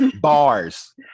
bars